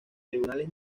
tribunales